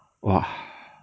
!wah!